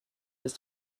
ist